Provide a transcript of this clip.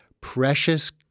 precious